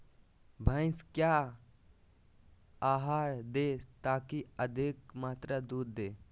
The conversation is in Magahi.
भैंस क्या आहार दे ताकि अधिक मात्रा दूध दे?